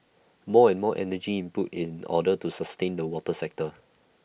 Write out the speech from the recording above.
more and more energy input in order to sustain the water sector